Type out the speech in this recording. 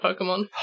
Pokemon